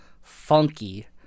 funky